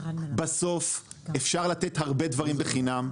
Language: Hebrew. בסוף אפשר לתת הרבה דברים בחינם,